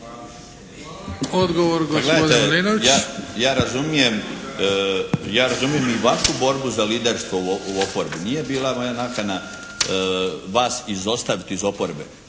gledajte, ja razumijem, ja razumijem i vašu borbu za liderstvo u oporbi. Nije bila moja nakana vas izostaviti iz oporbe.